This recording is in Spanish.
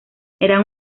eran